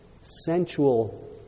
sensual